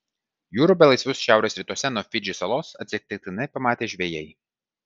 jūrų belaisvius šiaurės rytuose nuo fidžį salos atsitiktinai pamatė žvejai